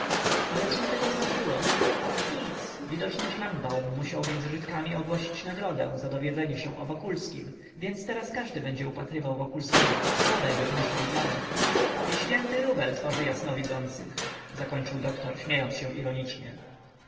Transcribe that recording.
ale cóżby to znaczyło nic widocznie szlangbaum musiał między żydkami ogłosić nagrodę za dowiedzenie się o wokulskim więc teraz każdy będzie upatrywał wokulskiego bodajby w myszej jamie i święty rubel tworzy jasnowidzących zakończył doktor śmiejąc się ironicznie